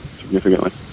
significantly